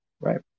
Right